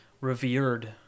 revered